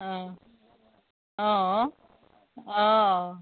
অ অ